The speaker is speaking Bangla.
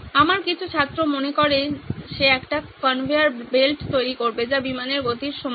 আমার কিছু ছাত্র মনে করে সে একটি কনভেয়ার বেল্ট তৈরি করবে যা বিমানের গতির সমান